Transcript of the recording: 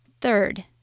Third